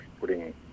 putting